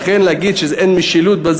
לכן, לומר על זה שאין משילות,